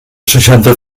seixanta